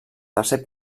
tercer